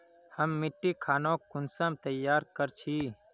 हम मिट्टी खानोक कुंसम तैयार कर छी?